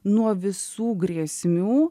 nuo visų grėsmių